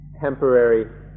temporary